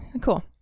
cool